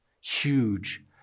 huge